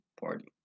party